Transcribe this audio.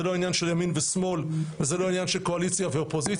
זה לא עניין של ימין ושמאל וזה לא עניין של קואליציה ואופוזיציה,